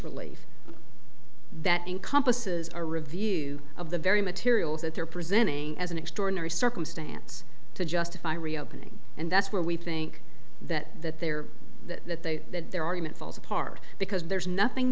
relief that encompasses a review of the very materials that they're presenting as an extraordinary circumstance to justify reopening and that's where we think that that they're that they that their argument falls apart because there's nothing